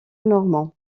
normands